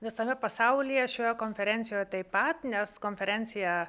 visame pasaulyje šioje konferencijoje taip pat nes konferencija